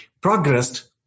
progressed